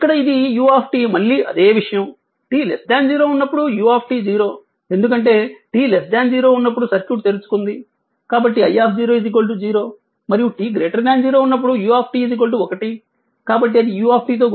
ఇక్కడ ఇది u మళ్ళీ అదే విషయం t 0 ఉన్నప్పుడు u 0 ఎందుకంటే t 0 ఉన్నప్పుడు సర్క్యూట్ తెరుచుకుంది కాబట్టి i 0 మరియు t 0 ఉన్నప్పుడు u 1 కాబట్టి అది u తో గుణించబడింది